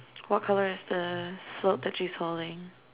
what colour is the float that she's holding